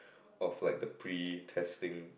of like the pre testing